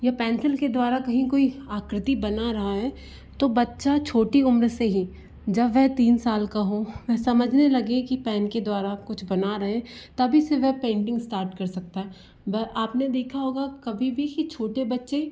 या पेंसिल के द्वारा कहीं कोई आकृति बना रहा है तो बच्चा छोटी उम्र से ही जब वह तीन साल का हो वह समझने लगे कि पेन के द्वारा कुछ बना रहे हैं तभी से वह पेंटिंग इस्टार्ट कर सकता है वह आपने देखा होगा कभी भी कि छोटे बच्चे